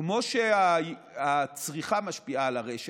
כמו שהצריכה משפיעה על הרשת,